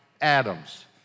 Adam's